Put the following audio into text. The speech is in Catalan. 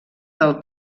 del